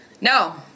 No